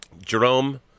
Jerome